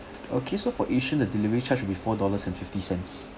okay so for Yishun the delivery charge will be four dollars and fifty cents